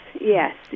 yes